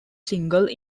single